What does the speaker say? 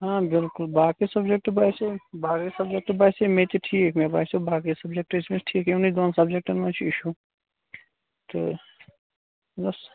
آ بِلکُل باقٕے سَبجیکٹ باسیٚو باقٕے سَبجیکٹ باسے مےٚ تہِ ٹھیٖک مےٚ باسیٚو باقٕے سَبجیکٹ ٲسۍ أمِس ٹھیٖک یِمنٕے دۅن سَبجیکٹَن منٛز چھُ اِشوٗ تہٕ بَس